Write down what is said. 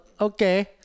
Okay